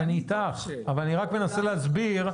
אני איתך אבל אני רק מנסה להסביר.